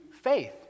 faith